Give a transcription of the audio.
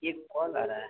ये कॉल आ रहा है